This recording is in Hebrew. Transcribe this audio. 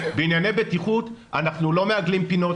בענייני בטיחות אנחנו לא מעגלים פינות,